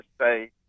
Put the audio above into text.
say